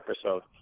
episode